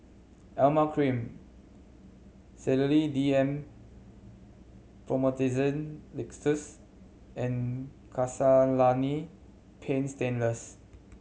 Emla Cream Sedilix D M Promethazine Linctus and Castellani Paint Stainless